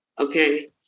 okay